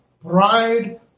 pride